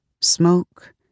smoke